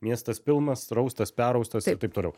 miestas pilnas raustas perraustas ir taip toliau